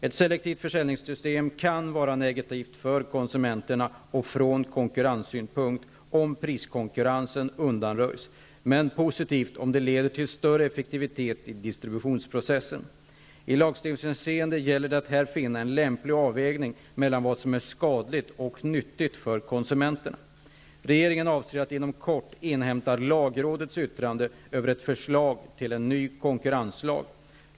Ett selektivt försäljningssystem kan vara negativt för konsumenterna och från konkurrenssynpunkt om priskonkurrensen undanröjs, men positivt om det leder till större effektivitet i distributionsprocessen. I lagstiftningshänseende gäller det här att finna en lämplig avvägning mellan vad som är skadligt och ad som är nyttigt för konsumenterna. Regeringen avser att inom kort inhämta lagrådets yttrande över ett förslag till en ny konkurrenslag.